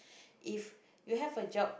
if you have a job